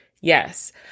Yes